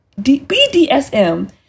BDSM